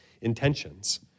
intentions